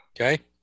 Okay